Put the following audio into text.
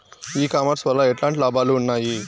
ఈ కామర్స్ వల్ల ఎట్లాంటి లాభాలు ఉన్నాయి?